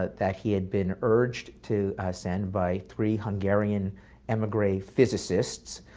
ah that he had been urged to send by three hungarian emigre physicists,